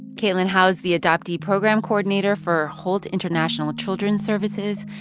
caitlin howe is the adoptee program coordinator for holt international children's services.